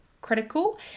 critical